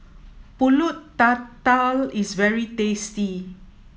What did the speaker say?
Pulut Tatal is very tasty